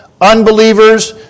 unbelievers